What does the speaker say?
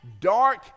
dark